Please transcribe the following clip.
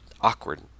awkward